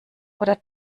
oder